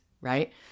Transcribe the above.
right